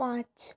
পাঁচ